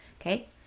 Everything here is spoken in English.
Okay